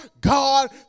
God